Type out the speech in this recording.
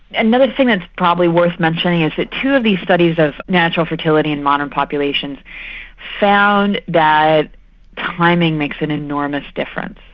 another thing that's probably worth mentioning is that two of these studies of natural fertility in modern populations found that timing makes an enormous difference.